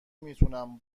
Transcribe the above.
میتونم